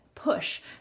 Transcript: push